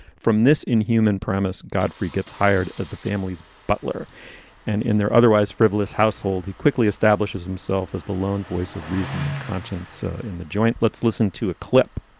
from this inhuman premise, godfrey gets hired as the family's butler and in their otherwise frivolous household, he quickly establishes himself as the lone voice of reason and conscience in the joint. let's listen to a clip